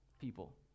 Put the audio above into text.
people